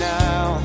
now